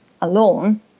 alone